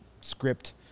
script